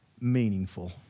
meaningful